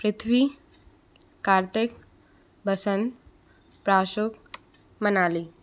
Prithvi Kartik Basan Prashuk Manali